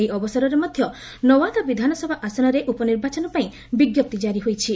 ଏହି ଅବସରରେ ମଧ୍ୟ ନୱାଦା ବିଧାନସଭା ଆସନରେ ଉପନିର୍ବାଚନ ପାଇଁ ବିଜ୍ଞପ୍ତି କାରି ହୋଇଛି